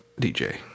DJ